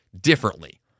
differently